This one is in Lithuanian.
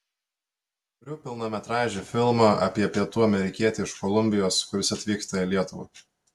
kuriu pilnametražį filmą apie pietų amerikietį iš kolumbijos kuris atvyksta į lietuvą